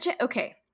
okay